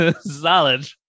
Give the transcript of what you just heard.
solid